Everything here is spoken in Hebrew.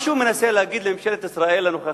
מה שהוא מנסה להגיד לממשלת ישראל הנוכחית,